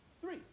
three